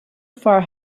far